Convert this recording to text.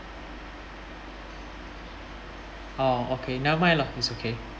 ah okay never mind lah it's okay